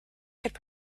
could